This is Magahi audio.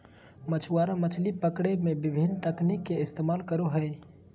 मछुआरा मछली पकड़े में विभिन्न तकनीक के इस्तेमाल करो हइ